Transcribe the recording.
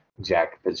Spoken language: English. Jack